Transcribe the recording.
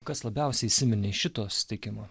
kas labiausiai įsiminė iš šito susitikimo